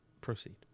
Proceed